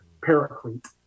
Paraclete